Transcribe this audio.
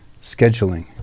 scheduling